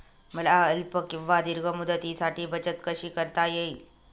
मला अल्प किंवा दीर्घ मुदतीसाठी बचत कशी करता येईल?